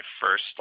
first